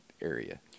area